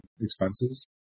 expenses